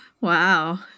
Wow